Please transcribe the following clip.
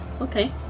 Okay